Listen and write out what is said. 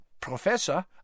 Professor